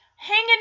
hanging